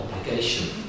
obligation